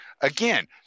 again